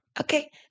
Okay